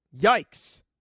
Yikes